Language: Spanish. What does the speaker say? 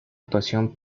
actuación